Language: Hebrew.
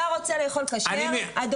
אתה רוצה לאכול כשר אדוני?